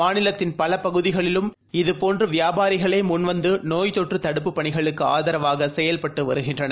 மாநிலத்தின் பலபகுதிகளிலும் இதுபோன்று வியாபாரிகளேமுன்வந்துநோய்த் தொற்றுதடுப்புப் பணிகளுக்குஆதரவாகசெயல்பட்டுவருகின்றனர்